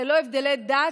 ללא הבדלי דת,